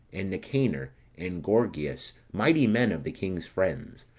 and nicanor, and gorgias, mighty men of the king's friends.